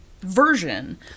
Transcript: version